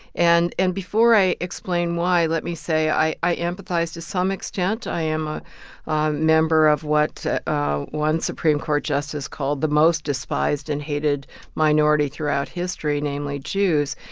and and before i explain why, let me say, i i empathize to some extent. i am a member of what one supreme court justice called the most despised and hated minority throughout history, namely jews.